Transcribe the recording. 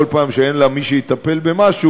כל פעם שאין לה מי שיטפל במשהו,